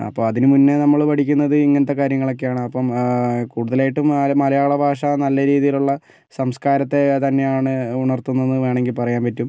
അപ്പം അതിനു മുന്നേ നമ്മൾ പഠിക്കുന്നത് ഇങ്ങനത്തെ കാര്യങ്ങളക്കെയാണ് അപ്പം കൂടുതലായിട്ടും മലയാള ഭാഷ നല്ല രീതിയിലുള്ള സംസ്കാരത്തെ തന്നെയാണ് ഉണർത്തുന്നത് എന്ന് വേണമെങ്കിൽ പറയാൻ പറ്റും